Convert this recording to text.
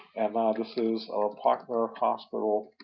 um ah this is our partnerhospital